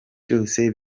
byose